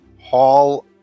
Hall